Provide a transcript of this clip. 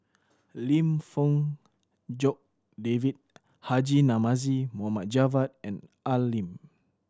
Lim Fong Jock David Haji Namazie Mohd Javad and Al Lim